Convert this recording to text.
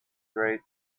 great